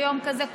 ביום כזה,